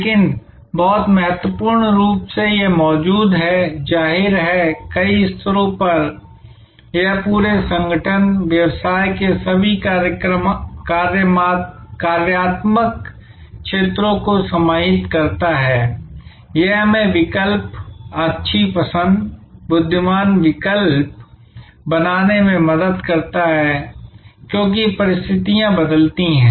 लेकिन बहुत महत्वपूर्ण रूप से यह मौजूद है जाहिर है कई स्तरों पर यह पूरे संगठन व्यवसाय के सभी कार्यात्मक क्षेत्रों को समाहित करता है यह हमें विकल्प अच्छी पसंद बुद्धिमान विकल्प बनाने में मदद करता है क्योंकि परिस्थितियां बदलती हैं